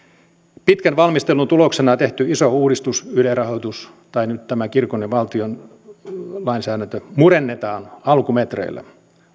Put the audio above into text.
ylen rahoitusjärjestelmän muuttamisessa pitkän valmistelun tuloksena tehty iso uudistus yle rahoitus tai nyt tämä kirkon ja valtion lainsäädäntö murennetaan alkumetreillä